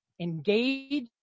Engage